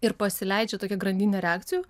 ir pasileidžia tokia grandinė reakcijų